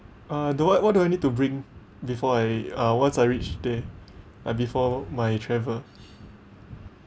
uh do what what do I need to bring before I uh once I reach there like before my travel